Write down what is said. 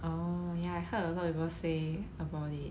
oh ya I heard a lot of people say about it